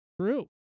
true